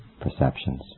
perceptions